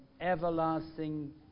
everlasting